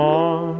on